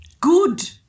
good